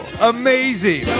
amazing